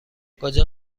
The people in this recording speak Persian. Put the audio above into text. کجا